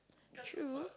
true